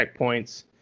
checkpoints